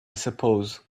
suppose